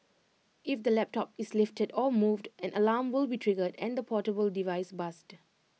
if the laptop is lifted or moved an alarm will be triggered and the portable device buzzed